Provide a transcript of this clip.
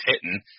hitting –